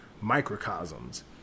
microcosms